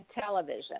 television